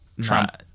Trump